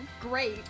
great